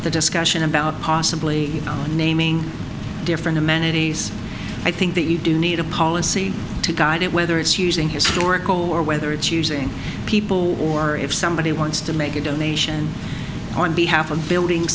the discussion about possibly naming different amenities i think that you do need a policy to guide it whether it's using historical or whether it's choosing people or if somebody wants to make a donation on behalf of building